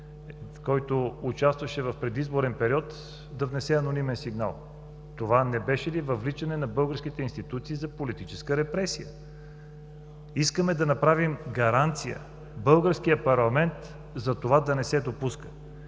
който участваше в предизборен период, да внесе анонимен сигнал? Това не беше ли въвличане на българските институции за политическа репресия? Искаме да направим гаранция в българския парламент това да не се допуска.